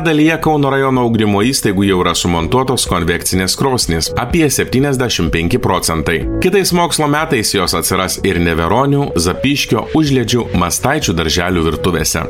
dalyje kauno rajono ugdymo įstaigų jau yra sumontuotos konvekcinės krosnys apie septyniasdešim penki procentai kitais mokslo metais jos atsiras ir neveronių zapyškio užliedžių mastaičių darželių virtuvėse